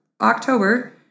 October